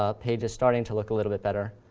ah page is starting to look a little bit better.